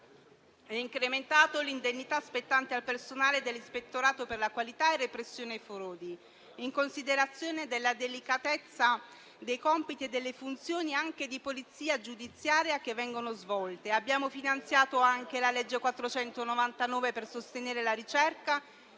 incrementato l'indennità spettante al personale dell'Ispettorato per la qualità e repressione frodi, in considerazione della delicatezza dei compiti e delle funzioni, anche di polizia giudiziaria, che vengono svolti. Abbiamo finanziato la legge n. 499, per sostenere la ricerca